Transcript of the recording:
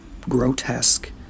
grotesque